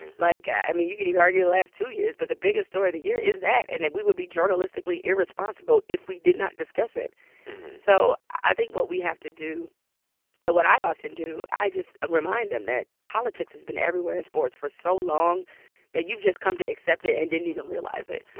like i mean, you can even argue the last two years. but the biggest story of the year is that and that and we would be journalistically irresponsible if we did not discuss it so i think what we have to do and what i often do, i just remind them that politics has been everywhere in sports for so long that you've just come to accept it and didn't even realize it.